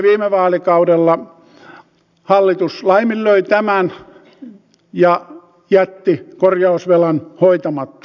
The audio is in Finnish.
viime vaalikaudella hallitus laiminlöi tämän ja jätti korjausvelan hoitamatta